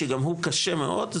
שגם הוא קשה מאוד,